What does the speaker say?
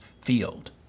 field